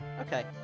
Okay